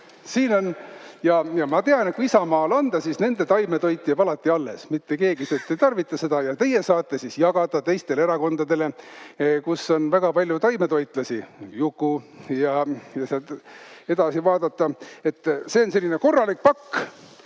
Siin on … Ja ma tean, et kui Isamaale anda, siis nende taimetoit jääb alati alles, mitte keegi teist ei tarvita seda. Teie saate siis jagada teistele erakondadele, kus on väga palju taimetoitlasi, nagu Juku, ja seal edasi vaadata. See on selline korralik pakk.